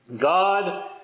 God